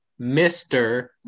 Mr